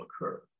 occur